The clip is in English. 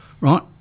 right